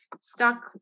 stuck